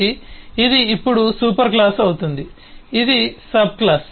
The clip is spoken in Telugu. కాబట్టి ఇది ఇప్పుడు సూపర్ క్లాస్ అవుతుంది ఇది సబ్ క్లాస్